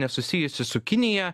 nesusijusi su kinija